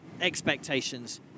expectations